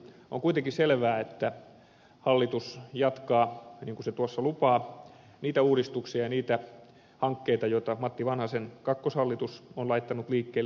on kuitenkin selvää että hallitus jatkaa niin kuin se tuossa lupaa niitä uudistuksia ja niitä hankkeita joita matti vanhasen kakkoshallitus on laittanut liikkeelle